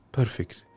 perfect